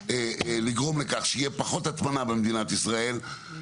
לגרום לכך שתהיה פחות הטמנה במדינת ישראל,